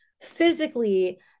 physically